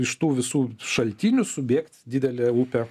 iš tų visų šaltinių subėgt didelė upė